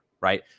right